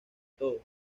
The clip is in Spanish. todo